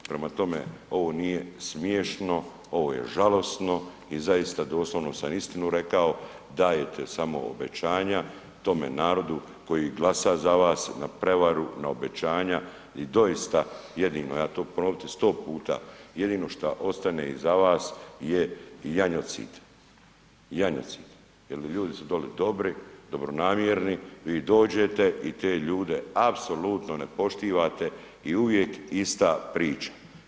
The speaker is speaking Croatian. Prema tome ovo nije smiješno, ovo je žalosno i zaista doslovno sam istinu rekao dajete samo obećanja tome narodu koji glasa za vas na prevaru, na obećanja i doista jedino ja ću to ponovit 100 puta, jedino šta ostane iza vas je janjocid, janjocid, jer ljudi su doli dobri, dobronamjerni, vi dođete i te ljude apsolutno ne poštivate i uvijek ista priča.